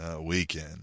weekend